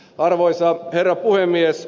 arvoisa herra puhemies